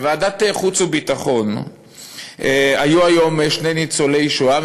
בוועדת החוץ והביטחון היו היום שני ניצולי שואה,